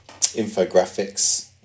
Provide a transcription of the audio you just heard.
infographics